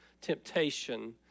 temptation